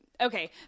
okay